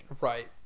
Right